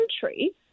country